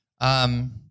Um-